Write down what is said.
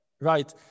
Right